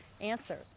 answer